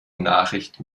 nachricht